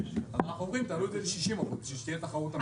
אז אנחנו אומרים תעלו את זה ל-60% כדי שתהיה תחרות אמיתית.